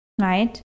right